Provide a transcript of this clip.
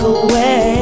away